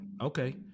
Okay